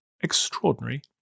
extraordinary